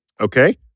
Okay